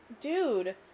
dude